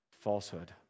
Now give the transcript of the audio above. falsehood